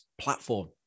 platform